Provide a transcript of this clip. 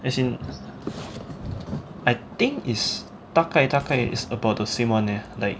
as in I think is 大概大概 is about the same [one] leh like